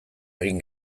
egin